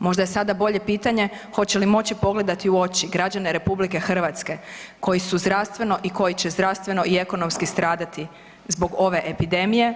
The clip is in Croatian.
Možda je sada bolje pitanje hoće li moći pogledati u oči građane Republike Hrvatske koji su zdravstveno i koji će zdravstveno i ekonomski stradati zbog ove epidemije